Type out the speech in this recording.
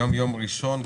היום יום ראשון,